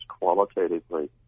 qualitatively